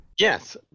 Yes